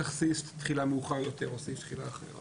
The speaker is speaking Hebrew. סעיף תחילה מאוחר יותר או סעיף תחילה אחרי?